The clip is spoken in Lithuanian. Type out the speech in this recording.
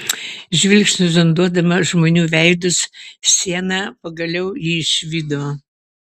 žvilgsniu zonduodama žmonių veidus siena pagaliau jį išvydo